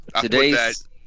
today's